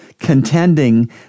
contending